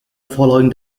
following